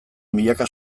milaka